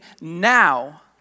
now